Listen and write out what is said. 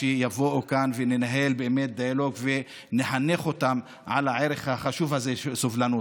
שיבואו לכאן וננהל דיאלוג ונחנך אותם על הערך החשוב הזה של סובלנות,